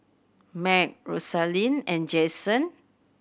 Macy Rosalyn and Jasen